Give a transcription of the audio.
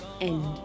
end